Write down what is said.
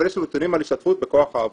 אבל יש לנו נתונים על השתתפות בכוח העבודה.